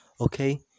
okay